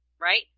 Right